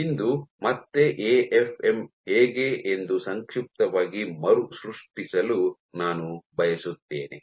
ಇಂದು ಮತ್ತೆ ಎಎಫ್ಎಂ ಹೇಗೆ ಎಂದು ಸಂಕ್ಷಿಪ್ತವಾಗಿ ಮರುಸೃಷ್ಟಿಸಲು ನಾನು ಬಯಸುತ್ತೇನೆ